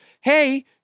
Hey